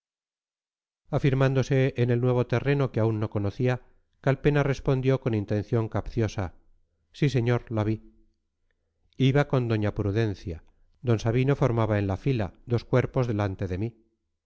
afirmándose en el nuevo terreno que aún no conocía calpena respondió con intención capciosa sí señor la vi iba con doña prudencia d sabino formaba en la fila dos cuerpos delante de mí